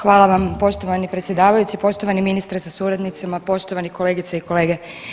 Hvala vam poštovani predsjedavajući, poštovani ministre sa suradnicima, poštovani kolegice i kolege.